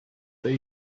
that